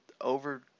over